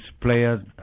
players